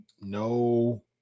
no